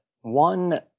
one